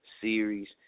Series